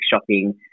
shopping